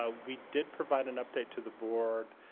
ah we did provide an update to the board